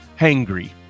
hangry